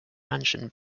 mansion